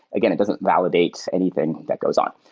again, it doesn't validate anything that goes on.